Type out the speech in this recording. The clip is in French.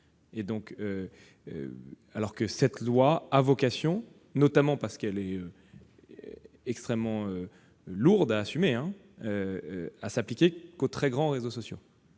proposition de loi a vocation, notamment parce qu'elle est extrêmement lourde à assumer, à ne s'appliquer qu'aux très grands réseaux sociaux.